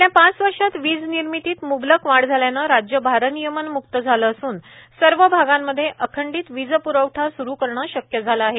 गेल्या पाच वर्षात वीज निर्मितीत मुंबलक वाढ झाल्यान राज्य भारनियमन मुक्त झाले असून सर्व आगांमध्ये अखंडित वीजप्रवठा सुरु करणे शक्य झाले आहे